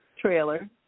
trailer